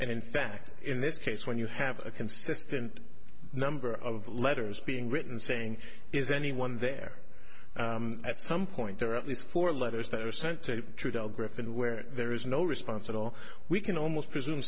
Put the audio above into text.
and in fact in this case when you have a consistent number of letters being written saying is anyone there at some point or at least four letters that are sent to trudeau griffin where there is no response at all we can almost presume